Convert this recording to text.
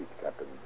Captain